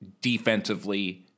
defensively